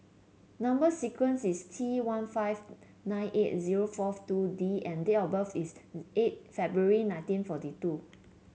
number sequence is T one five nine eight zero four two D and date of birth is eight February nineteen forty two